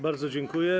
Bardzo dziękuję.